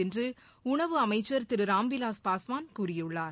என்றுடனவு அமைச்சர் திருராம்விலாஸ் பாஸ்வான் கூறியுள்ளார்